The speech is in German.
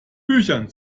büchern